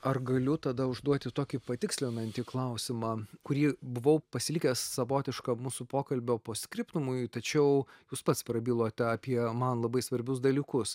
ar galiu tada užduoti tokį patikslinantį klausimą kurį buvau pasilikęs savotišką mūsų pokalbio post skriptumui tačiau jūs pats prabilote apie man labai svarbius dalykus